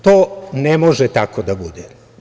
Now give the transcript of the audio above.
To ne može tako da bude.